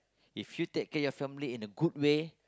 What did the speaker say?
if you take care your family in a good way